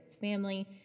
family